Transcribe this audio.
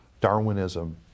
Darwinism